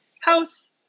house